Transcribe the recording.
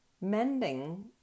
Mending